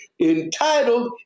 entitled